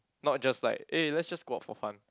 not just like eh let's just go out for fun